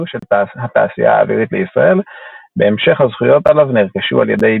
של התעשייה האווירית לישראל בהמשך הזכויות עליו נרכשו על ידי